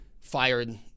fired